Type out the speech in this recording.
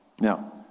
Now